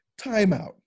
Timeout